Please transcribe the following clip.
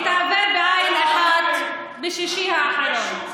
בעין אחת בשישי האחרון.